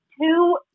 Two